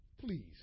Please